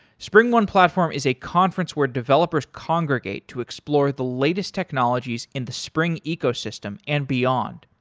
springone platform is a conference where developers congregate to explore the latest technologies in the spring ecosystem and beyond.